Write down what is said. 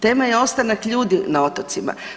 Tema je ostanak ljudi na otocima.